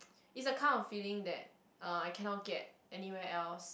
it's a kind of feeling that uh I cannot get anywhere else